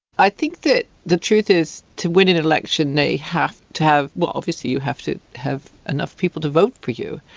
i think that the truth is to win an election they have to have, well, obviously you have to have enough people to vote for you,